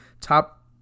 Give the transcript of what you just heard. top